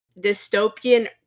dystopian